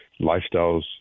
lifestyles